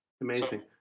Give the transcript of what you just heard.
Amazing